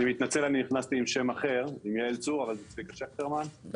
קודם